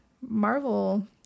Marvel